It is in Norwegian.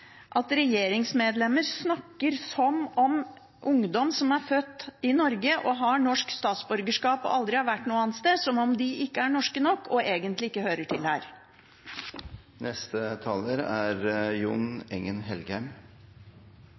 at regjeringsmedlemmer snakker som om ungdom som er født i Norge, har norsk statsborgerskap og aldri har vært noe annet sted, ikke er norske nok og egentlig ikke hører til her. Det sies at innvandrerungdom får beskjed om at de aldri blir norske nok. Ja, det er